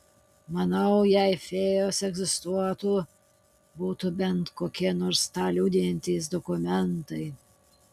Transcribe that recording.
manau jei fėjos egzistuotų būtų bent kokie nors tą liudijantys dokumentai